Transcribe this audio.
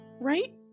right